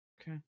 Okay